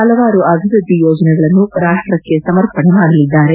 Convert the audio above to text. ಹಲವಾರು ಅಭಿವೃದ್ದಿ ಯೋಜನೆಗಳನ್ನು ರಾಷ್ಟಕ್ಕೆ ಸಮರ್ಪಣೆ ಮಾಡಲಿದ್ದಾರೆ